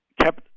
kept